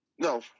No